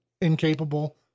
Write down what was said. incapable